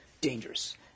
dangerous